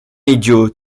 idiot